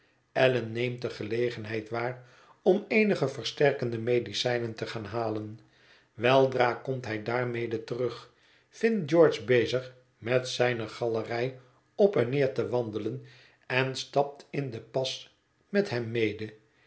allan neemt de gelegenheid waar om eenige versterkende medicijnen te gaan halen weldra komt hij daarmede terug vindt george bezig met zijne galerij op en neer te wandelen en stapt in den pas met hem mede